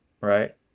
right